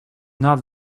not